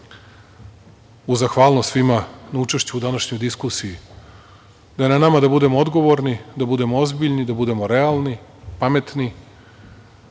uz zahvalnost svima na učešću u današnjoj diskusiji, da je na nama da budemo odgovorni, da budemo ozbiljni, da budemo realni, pametni,